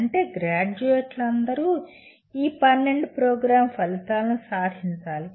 అంటే గ్రాడ్యుయేట్లందరూ ఈ 12 ప్రోగ్రామ్ ఫలితాలను సాధించాలి